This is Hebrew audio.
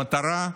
המטרה: